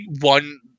one